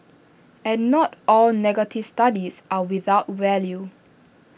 and not all negative studies are without value